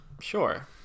Sure